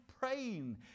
praying